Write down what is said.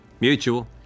Mutual